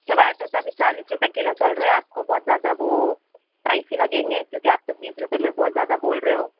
tomato تو ابھی چالیس روپئے کلو چل رہے ہے آپ کو بہت زیادہ وہ پرائسی لگیں گے کیونکہ آپ تو بیس روپئے میں بہت زیادہ بول رہے ہو